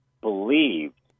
believed